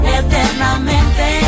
eternamente